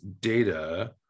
Data